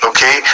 Okay